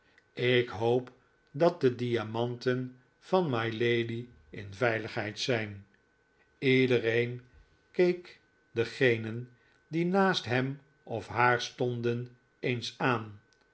ik hoop dat de diamanten van mylady in veiligheid zijn iedereen keek degenen die naast hem of haar stonden eens aan